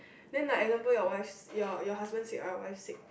then like example your wife s~ your your husband sick or your wife sick